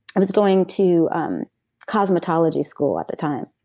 i was going to um cosmetology school at the time.